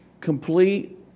complete